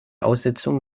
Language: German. aussetzung